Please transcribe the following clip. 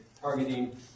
targeting